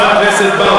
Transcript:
למה זה הסתה?